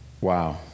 Wow